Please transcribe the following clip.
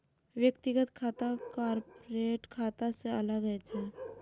व्यक्तिगत खाता कॉरपोरेट खाता सं अलग होइ छै